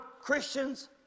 Christians